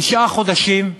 תשעה חודשים,